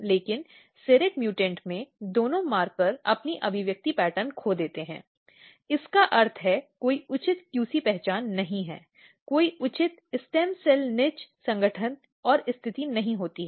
लेकिन serrate mutant में दोनों मार्करों उनकी अभिव्यक्ति पैटर्न खो देते हैं जिसका अर्थ है कोई उचित QC पहचान नहीं है कोई उचित स्टेम सेल निच संगठन और स्थिति नहीं होती है